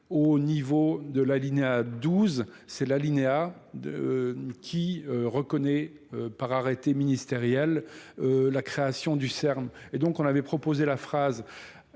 au niveau de l'alinéa 12, c'est l'alinéa par arrêté ministériel la création du Cer M, et donc on avait proposé la phrase